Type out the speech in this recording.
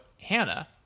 Hannah